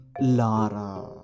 Lara